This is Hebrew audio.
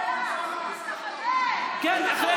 אחרי